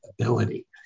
ability